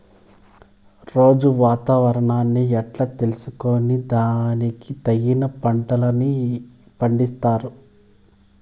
రోజూ వాతావరణాన్ని ఎట్లా తెలుసుకొని దానికి తగిన పంటలని పండిస్తారు?